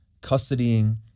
custodying